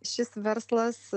šis verslas